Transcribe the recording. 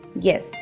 Yes